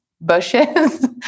bushes